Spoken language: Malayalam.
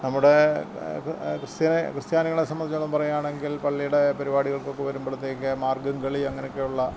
നമ്മുടെ ക്രിസ്ത്യാനി ക്രിസ്ത്യാനികളെ സംബന്ധിച്ചോളം പറയുകയാണെങ്കിൽ പള്ളിയുടെ പരിപാടികൾക്കൊക്കെ വരുമ്പോഴത്തേക്കും മാർഗ്ഗം കളി അങ്ങനെയൊക്കെ ഉള്ള